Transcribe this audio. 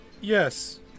Yes